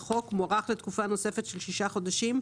לחוק מוארך לתקופה נוספת של שישה חודשים,